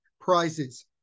prizes